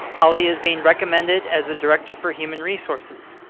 holly is being recommended as a director for human resources.